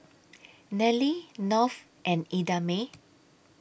Nelie North and Idamae